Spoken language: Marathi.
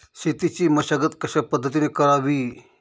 शेतीची मशागत कशापद्धतीने करावी?